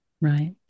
Right